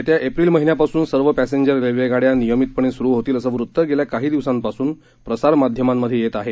येत्या एप्रिल महिन्यापासून सर्व पॅसेंजर रेल्वे गाड्या नियभितपणे सुरू होतील असं वृत्त गेल्या काही दिवसांपासून माध्यमांमधे येत आहे